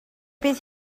bydd